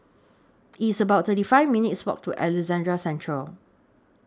It's about thirty five minutes' Walk to Alexandra Central